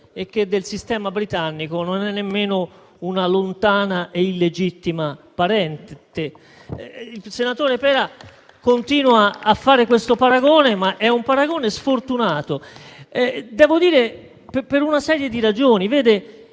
e che del sistema britannico non è nemmeno una lontana e illegittima parente. Il senatore Pera continua a fare questo paragone, ma è un paragone sfortunato per una serie di ragioni.